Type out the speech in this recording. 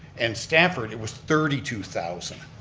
and stanford it was thirty two thousand.